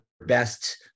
best